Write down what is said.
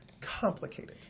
complicated